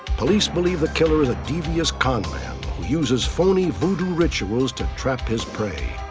police believe the killer is a devious con-man who uses phony voodoo rituals to trap his prey.